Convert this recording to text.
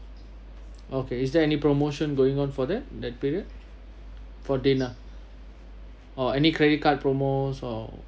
okay is there any promotion going on for that that period for dinner or any credit card promos or